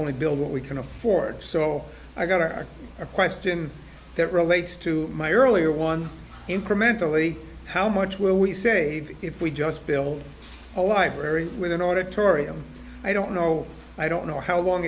only build what we can afford so i got are a question that relates to my earlier one incrementally how much will we save if we just build a library with an auditorium i don't know i don't know how long